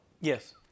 Yes